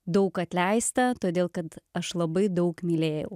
daug atleista todėl kad aš labai daug mylėjau